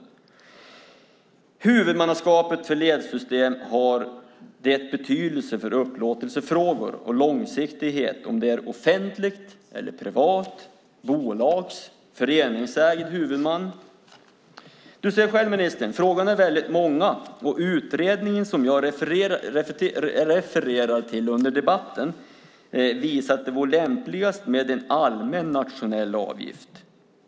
Har huvudmannaskapet för ledsystem betydelse för upplåtelsefrågor och långsiktighet? Blir det någon skillnad om det är offentligt, privat, i bolagsform eller med föreningsägd huvudman? Ministern ser själv; frågorna är många. Den utredning som jag refererar till under debatten visar att det vore lämpligast med en allmän nationell avgift.